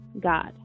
God